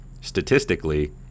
statistically